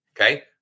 Okay